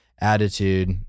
attitude